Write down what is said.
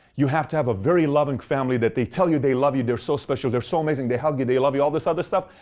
you have to have a very loving family that they tell you they love you, they're so special. they're so amazing. they tell you they love you all this other stuff.